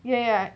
ya ya